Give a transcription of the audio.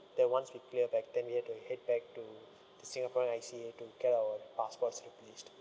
then once we clear back then we had to head back to the singapore I_C_A to get our passports replaced